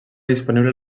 disponible